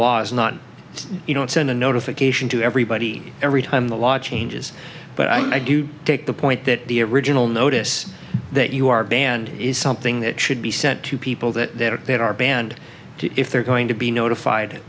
laws not you don't send a notification to everybody every time the law changes but i do take the point that the original notice that you are banned is something that should be sent to people that they are banned to if they're going to be notified